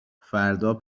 فردا